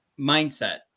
mindset